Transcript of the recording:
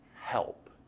Help